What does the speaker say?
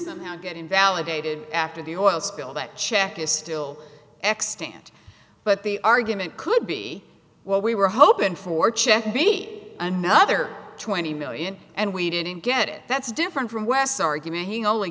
somehow get invalidated after the oil spill that check is still extant but the argument could be what we were hoping for check me another twenty million and we didn't get it that's different from west's argument he only